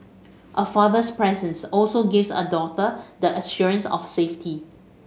a father's presence also gives a daughter the assurance of safety